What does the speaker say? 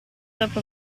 dopo